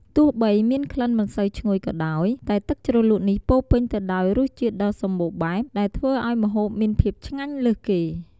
ទោះបីមានក្លិនមិនសូវឈ្ងុយក៏ដោយ តែទឹកជ្រលក់នេះពោរពេញទៅដោយរសជាតិដ៏សម្បូរបែប ដែលធ្វើឲ្យម្ហូបមានភាពឆ្ងាញ់លើសគេ។